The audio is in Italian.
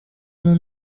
uno